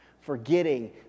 forgetting